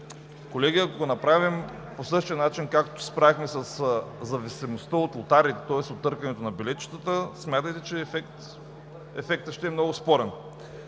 Колеги, ако го направим по същия начин, както се справихме със зависимостта от лотариите, тоест от търкането на билетчетата, смятайте, че ефектът ще е много спорен.